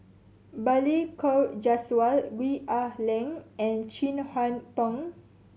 Balli Kaur Jaswal Gwee Ah Leng and Chin Harn Tong